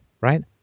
right